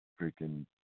freaking